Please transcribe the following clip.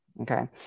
okay